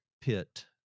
pit